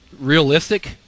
realistic